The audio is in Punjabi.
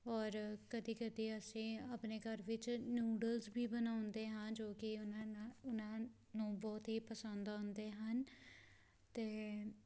ਔਰ ਕਦੀ ਕਦੀ ਅਸੀਂ ਆਪਣੇ ਘਰ ਵਿੱਚ ਨੂਡਲਸ ਵੀ ਬਣਾਉਂਦੇ ਹਾਂ ਜੋ ਕਿ ਉਹਨਾਂ ਨਾ ਉਹਨਾਂ ਨੂੰ ਬਹੁਤ ਹੀ ਪਸੰਦ ਆਉਂਦੇ ਹਨ ਅਤੇ